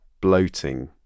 bloating